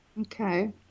Okay